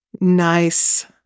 nice